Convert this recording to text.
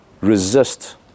resist